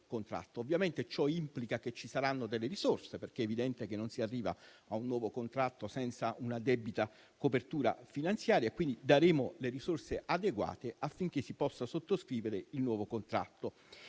Ovviamente, ciò implica che saranno previste delle risorse, perché è evidente che non si arriva a un nuovo contratto senza una debita copertura finanziaria. Quindi, daremo le risorse adeguate affinché si possa sottoscrivere il nuovo contratto.